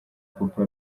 papa